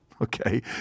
okay